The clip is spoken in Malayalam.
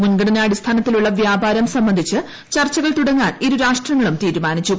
മുൻഗണനാ അടിസ്ഥാനത്തിലുള്ള വ്യാപാരം സംബന്ധിച്ച് ചർച്ചകൾ തുടങ്ങാൻ ഇരുരാജ്യങ്ങളും തീരുമാനിച്ചു